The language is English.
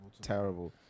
terrible